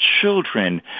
children